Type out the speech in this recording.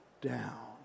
down